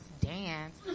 dance